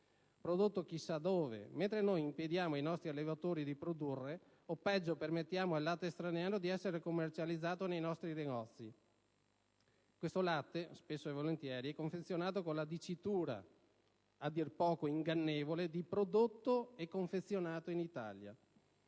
come e chissà dove. Mentre noi impediamo ai nostri allevatori di produrre, permettiamo al latte straniero di essere commercializzato nei nostri negozi. Un latte che, peraltro, spesso e volentieri è confezionato con la dicitura a dir poco ingannevole: «prodotto e confezionato in Italia».